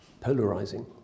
polarizing